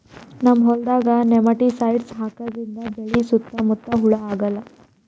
ನಮ್ಮ್ ಹೊಲ್ದಾಗ್ ನೆಮಟಿಸೈಡ್ ಹಾಕದ್ರಿಂದ್ ಬೆಳಿ ಸುತ್ತಾ ಮುತ್ತಾ ಹುಳಾ ಆಗಲ್ಲ